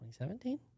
2017